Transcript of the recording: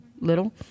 Little